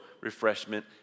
refreshment